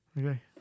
Okay